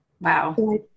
Wow